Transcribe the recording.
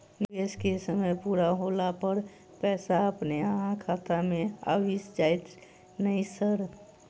निवेश केँ समय पूरा होला पर पैसा अपने अहाँ खाता मे आबि जाइत नै सर?